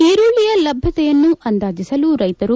ಈರುಳ್ಳಿಯ ಲಭ್ಯತೆಯನ್ನು ಅಂದಾಜಿಸಲು ರೈತರು